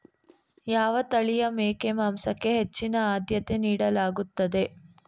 ಯಾವ ತಳಿಯ ಮೇಕೆ ಮಾಂಸಕ್ಕೆ ಹೆಚ್ಚಿನ ಆದ್ಯತೆ ನೀಡಲಾಗುತ್ತದೆ?